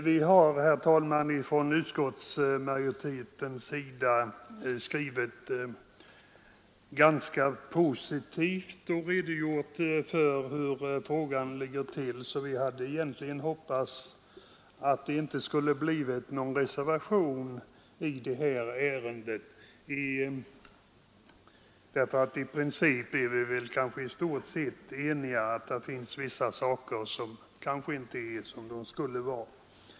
Vi har, herr talman, från utskottsmajoritetens sida skrivit ganska positivt och redogjort för hur frågan ligger till, så vi hade egentligen hoppats att det inte skulle bli någon reservation i det här ärendet. I princip är vi väl i stort sett eniga — att det finns vissa saker som kanske inte är som de skulle vara.